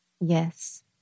Yes